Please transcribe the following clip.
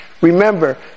Remember